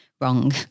Wrong